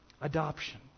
Adoption